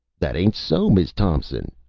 that ain't so, miz thompson,